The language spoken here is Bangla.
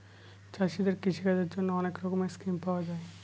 চাষীদের কৃষিকাজের জন্যে অনেক রকমের স্কিম পাওয়া যায়